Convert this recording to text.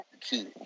key